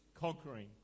conquering